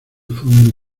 fondo